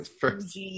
First